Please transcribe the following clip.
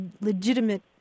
legitimate